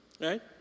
right